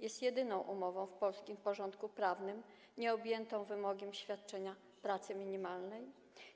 Jest jedyną umową w polskim porządku prawnym nieobjętą wymogiem świadczenia pracy minimalnej,